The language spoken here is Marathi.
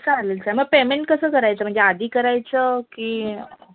चालेल चालेल मं पेमेंट कसं करायचं म्हणजे आधी करायचं की